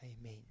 Amen